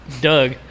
Doug